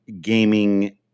gaming